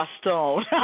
stone